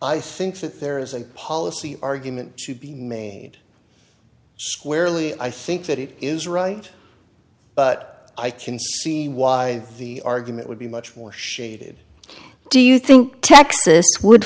i think that there is a policy argument should be made squarely i think that it is right but i can see why the argument would be much more shaded do you think texas would